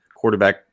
quarterback